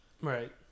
Right